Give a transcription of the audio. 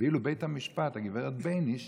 ואילו בית המשפט, הגב' בייניש